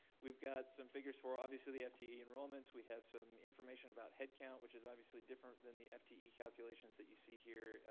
we've got some figures for, obviously the fte enrollments, we have some information about headcount, which is obviously different than the fte calculations that you see here,